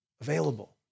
available